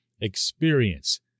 experience